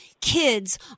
kids